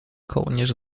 kołnierz